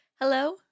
Hello